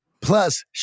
Plus